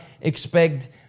expect